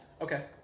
Okay